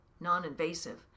non-invasive